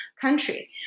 country